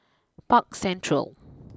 Park Central